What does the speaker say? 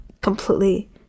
completely